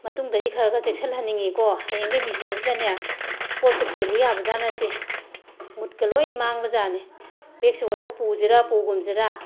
ꯃꯇꯨꯡꯗꯒꯤ ꯈꯔ ꯈꯔ ꯆꯦꯛꯁꯤꯜꯍꯟꯅꯤꯡꯉꯤꯀꯣ ꯍꯌꯦꯡꯈꯩ ꯃꯤꯁꯣꯁꯤꯗꯅꯦ ꯄꯣꯠꯀ ꯆꯦꯜꯂꯨ ꯌꯥꯕꯖꯥꯠ ꯅꯠꯇꯦ ꯃꯨꯠꯀ ꯂꯣꯏꯅ ꯃꯥꯡꯕꯖꯥꯠꯅꯦ ꯕꯦꯛꯁꯤꯕꯨ ꯑꯩꯕꯨ ꯄꯨꯁꯤꯔꯥ ꯄꯨꯒꯨꯝꯁꯤꯔꯥ